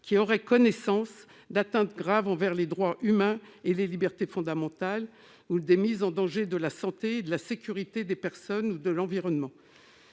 ayant connaissance d'atteintes graves envers les droits humains et les libertés fondamentales, de mise en danger de la santé et de la sécurité des personnes ou de l'environnement,